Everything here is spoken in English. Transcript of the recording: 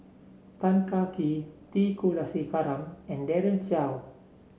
Tan Kah Kee T Kulasekaram and Daren Shiau